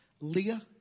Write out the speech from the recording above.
Leah